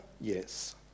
yes